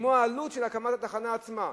כמו העלות של הקמת התחנה עצמה.